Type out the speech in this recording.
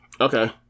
okay